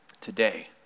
Today